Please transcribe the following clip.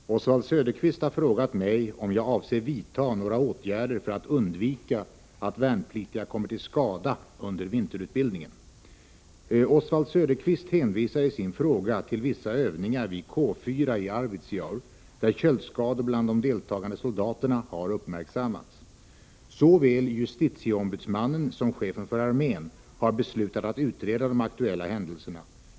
Herr talman! Oswald Söderqvist har frågat mig om jag avser vidta några åtgärder för att undvika att värnpliktiga kommer till skada under vinterutbildning. Oswald Söderqvist hänvisar i sin fråga till vissa övningar vid K 4 i Arvidsjaur där köldskador bland de deltagande soldaterna har uppmärksammats. Såväl justitieombudsmannen som chefen för armén har beslutat att utreda de aktuella händelserna.